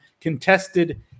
contested